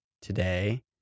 Today